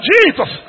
Jesus